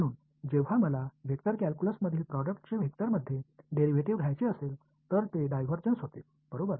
म्हणून जेव्हा मला वेक्टर कॅल्क्युलस मधील प्रोडक्टचे व्हॅक्टरमध्ये डेरिव्हेटिव्ह घ्यायचे असेल तर ते डायव्हर्जन्स होते बरोबर